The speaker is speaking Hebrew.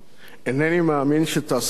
אינני מאמין שתעשה טוב,